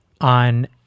on